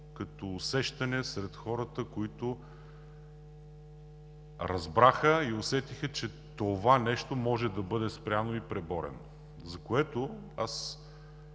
като усещане сред хората, които разбраха и усетиха, че това нещо може да бъде спряно и преборено, за което